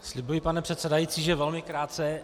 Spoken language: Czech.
Slibuji, pane předsedající, že budu velmi krátký.